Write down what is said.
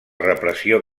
repressió